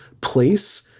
place